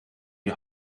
die